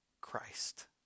Christ